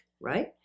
Right